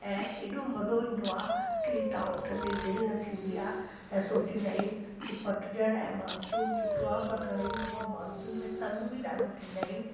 ऐं एॾो मज़ो ईंदो आहे की हितां उथंदे दिलि न थींदी आहे ऐं सोचींदा आहियूं की पतझड़ ऐं मानसून सुठो आहे पर घणेई दफ़ा मानसून में तंग बि ॾाढो थींदा आहियूं